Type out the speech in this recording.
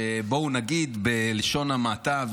שבואו נגיד בלשון המעטה,